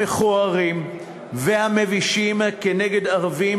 המכוערים והמבישים נגד ערבים,